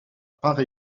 part